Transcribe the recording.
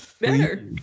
better